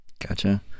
Gotcha